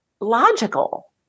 logical